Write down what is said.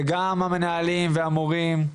וגם המנהלים והמורים,